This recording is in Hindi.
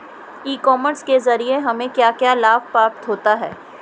ई कॉमर्स के ज़रिए हमें क्या क्या लाभ प्राप्त होता है?